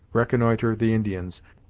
reconnoitre the indians,